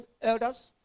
elders